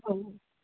हो